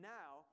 now